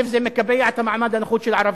1. זה מקבע את המעמד הנחות של הערבים,